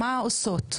מה עושות?